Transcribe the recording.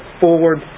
forward